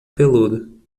peludo